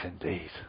indeed